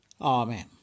Amen